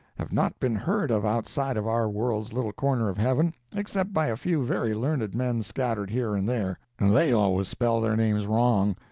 have not been heard of outside of our world's little corner of heaven, except by a few very learned men scattered here and there and they always spell their names wrong,